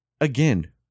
Again